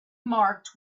marked